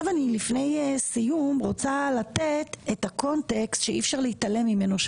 לפני סיום אני רוצה לתת את הקונטקסט שאי אפשר להתעלם ממנו,